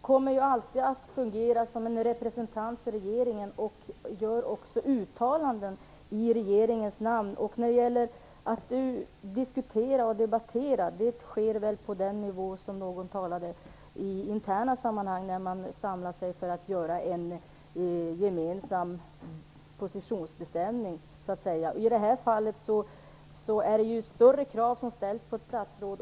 kommer alltid att fungera som en representant för regeringen och göra uttalanden i regeringens namn. Diskussioner och debatter förs i interna sammanhang när man samlas för att göra en gemensam positionsbestämning. I det här fallet ställs det större krav på ett statsråd.